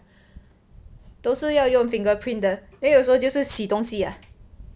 都是要用 fingerprint 的 then 有时候就是洗东西 ah